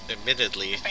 Admittedly